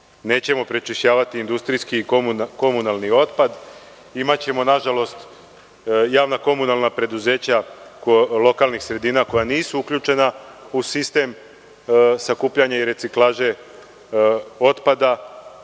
Nećemo prečišćavati industrijski i komunalni otpad. Imaćemo, nažalost, javna komunalna preduzeća lokalnih sredina koja nisu uključena u sistema sakupljanja i reciklaže otpada.